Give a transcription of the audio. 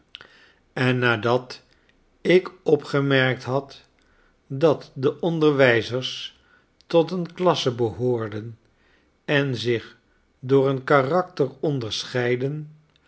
en nadat ik opgemerkt had dat de onderwijzers tot een klasse behoorden en zich door een karakter onderscheidden